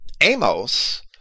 Amos